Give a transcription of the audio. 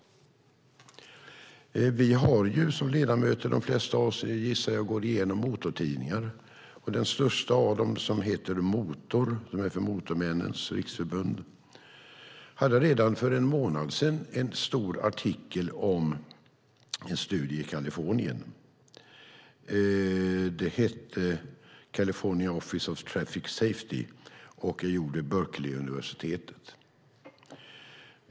De flesta av oss ledamöter gissar jag går igenom motortidningar. Den största av dem som heter Motor och är från Motormännens Riksförbund hade redan för en månad sedan en stor artikel om en studie i Kalifornien. Det är California Office of Traffic Safety som gjort den vid Berkeleyuniversitetet.